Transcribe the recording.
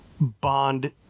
Bond